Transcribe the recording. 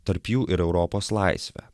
tarp jų ir europos laisvę